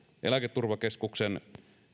eläketurvakeskuksen